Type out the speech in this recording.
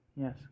Yes